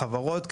החברות,